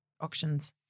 auctions